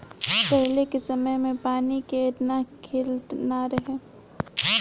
पहिले के समय में पानी के एतना किल्लत ना रहे